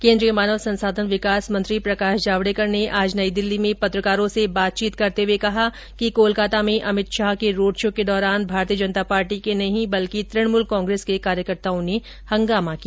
केन्द्रीय मानव संसाधन विकास मंत्री प्रकाश जावडेकर ने आज नई दिल्ली में पत्रकारों से बातचीत करते हुए कहा कि कोलकता में अमित शाह के रोड शो के दौरान भारतीय जनता पार्टी के नहीं बल्कि तृणमूल कांग्रेस के कार्यकर्ताओं ने हंगामा किया